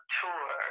tour